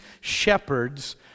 shepherds